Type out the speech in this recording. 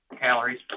calories